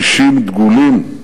אישים דגולים,